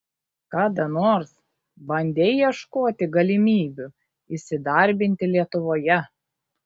kada nors bandei ieškoti galimybių įsidarbinti lietuvoje